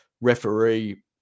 Referee